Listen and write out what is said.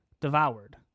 devoured